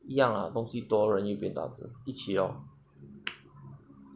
一样啦东西多人又变大只一起 lor